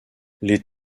les